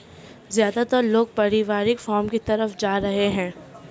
ज्यादातर लोग पारिवारिक फॉर्म की तरफ जा रहै है